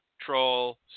Troll